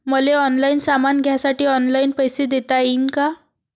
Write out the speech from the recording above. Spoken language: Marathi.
मले ऑनलाईन सामान घ्यासाठी ऑनलाईन पैसे देता येईन का?